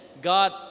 God